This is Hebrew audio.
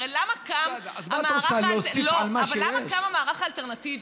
הרי למה קם המערך האלטרנטיבי?